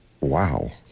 Wow